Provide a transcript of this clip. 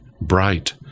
bright